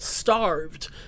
Starved